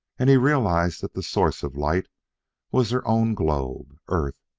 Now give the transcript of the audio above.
and he realized that the source of light was their own globe, earth,